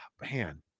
man